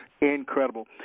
Incredible